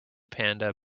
panda